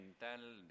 mental